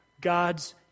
God's